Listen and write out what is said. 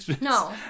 No